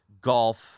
golf